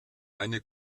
eine